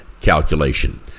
Calculation